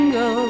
go